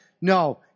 no